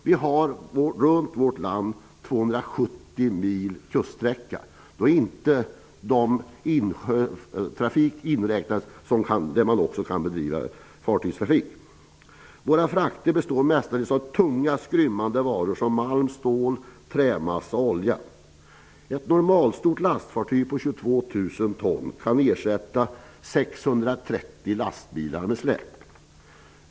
Vi har i vårt land 270 mil kuststräcka, och då är inte de insjöar där man också kan bedriva fartygstrafik inräknade. Våra frakter består mestadels av tunga och skrymmande varor som malm, stål, trämassa och olja. Ett normalstort lastfartyg på 22 000 ton kan ersätta 630 lastbilar med släp.